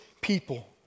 people